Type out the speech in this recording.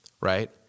right